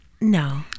No